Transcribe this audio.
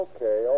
Okay